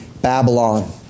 Babylon